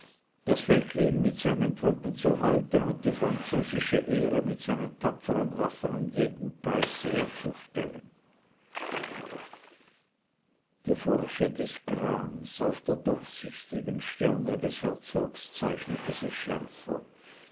das veltlin mit seinen treuppen zu halten und die französische ehre mit seinen tapfern waffen um jeden preis herzustellen die furche des grams auf der durchsichtigen stirne des herzogs zeichnete sich schärfer